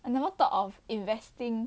I never thought of investing